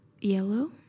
yellow